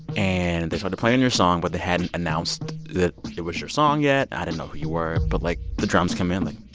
and they started to play and your song, but they hadn't announced that it was your song yet. i didn't know who you were, but, like, the drums come in like.